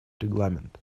регламент